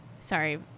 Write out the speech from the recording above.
Sorry